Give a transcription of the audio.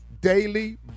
Daily